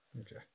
Okay